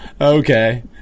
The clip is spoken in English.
Okay